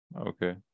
Okay